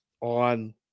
on